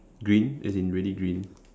green as in really green